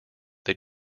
they